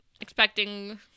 expecting